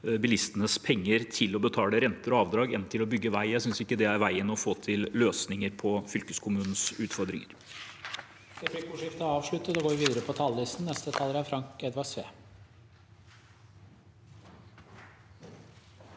bilistenes penger til å betale renter og avdrag enn til å bygge vei. Jeg synes ikke det er veien å gå for å få til løsninger på fylkeskommunens utfordringer.